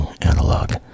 Analog